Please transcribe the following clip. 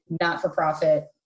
not-for-profit